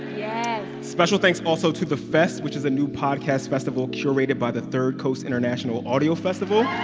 yeah special thanks also to the fest, which is a new podcast festival curated by the third coast international audio festival